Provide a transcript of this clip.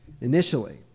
initially